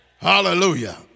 Hallelujah